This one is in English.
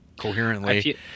coherently